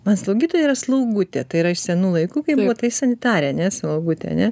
man slaugytoja yra slaugutė tai yra iš senų laikų kai buvo tai sanitarė ar ne slaugutė ane